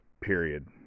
period